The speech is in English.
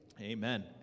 Amen